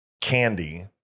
candy